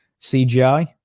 CGI